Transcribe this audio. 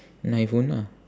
an iphone ah